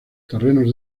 terrenos